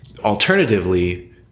Alternatively